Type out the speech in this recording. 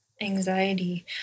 Anxiety